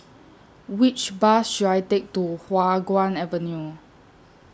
Which Bus should I Take to Hua Guan Avenue